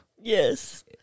yes